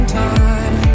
time